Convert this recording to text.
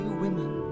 women